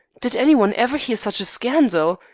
did anyone ever hear such a scandal!